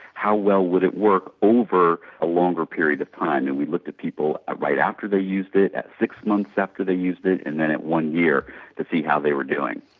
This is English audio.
how well would it work over a longer period of time. and we looked at people right after they used it, at six months after they used it and then at one year to see how they were doing.